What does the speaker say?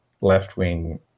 left-wing